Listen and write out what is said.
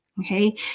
okay